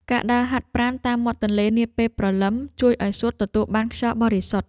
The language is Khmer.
ការដើរហាត់ប្រាណតាមមាត់ទន្លេនាពេលព្រលឹម ជួយឱ្យសួតទទួលបានខ្យល់បរិសុទ្ធ។